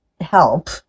help